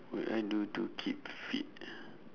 will I do to keep fit